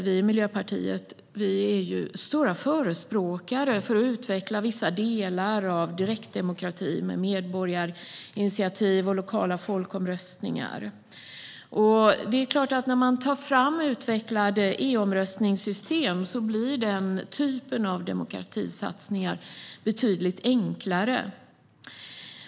Vi i Miljöpartiet är stora förespråkare för att utveckla vissa delar av direktdemokratin, som medborgarinitiativ och lokala folkomröstningar. När man tar fram utvecklade e-omröstningssystem blir den typen av demokratisatsningar självklart betydligt enklare.